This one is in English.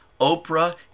Oprah